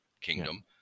kingdom